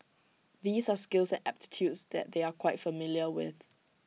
these are skills and aptitudes that they are quite familiar with